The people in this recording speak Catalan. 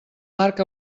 marc